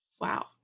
Wow